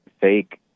fake